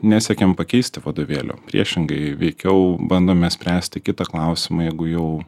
nesiekiam pakeisti vadovėlių priešingai veikiau bandome spręsti kitą klausimą jeigu jau